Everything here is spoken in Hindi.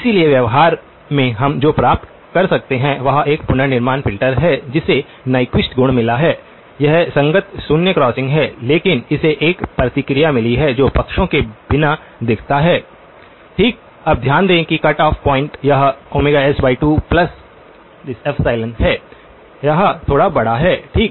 इसलिए व्यवहार में हम जो प्राप्त कर सकते हैं वह एक पुनर्निर्माण फिल्टर है जिसे न्यक्विस्ट गुण मिला है यह संगत शून्य क्रॉसिंग है लेकिन इसे एक प्रतिक्रिया मिली है जो पक्षों के बिना दिखता है 0524 ठीक अब ध्यान दें कि कट ऑफ पॉइंट यह s2ϵ है यह थोड़ा बड़ा है ठीक